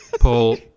Paul